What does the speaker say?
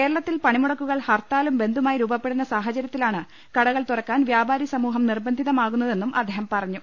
കേരളത്തിൽ പണിമുടക്കുകൾ ഹർത്താലും ബന്ദു മായി രൂപപ്പെടുന്ന സാഹചര്യത്തിലാണ് കടകൾ തുറക്കാൻ വ്യാപാരിസമൂഹം നിർബന്ധിതമാകുന്ന തെന്നും അദ്ദേഹം പറഞ്ഞു